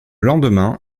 lendemain